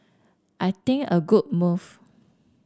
I think a good move